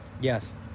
Yes